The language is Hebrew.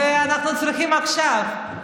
אנחנו צריכים עכשיו.